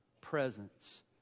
presence